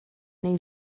neu